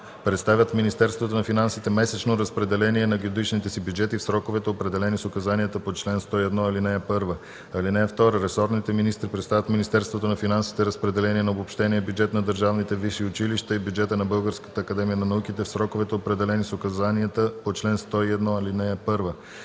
представят в Министерството на финансите месечно разпределение на годишните си бюджети в сроковете, определени с указанията по чл. 101, ал. 1. (2) Ресорните министри представят в Министерството на финансите разпределение на обобщения бюджет на държавните висши училища и бюджета на Българската академия на науките в сроковете, определени с указанията по чл. 101, ал. 1.